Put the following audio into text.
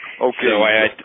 Okay